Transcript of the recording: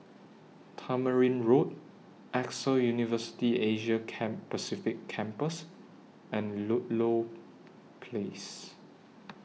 Tamarind Road AXA University Asia Pacific Campus and Ludlow Place